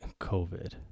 COVID